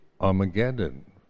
Armageddon